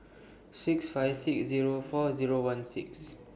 six five six Zero four Zero one six